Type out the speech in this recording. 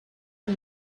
and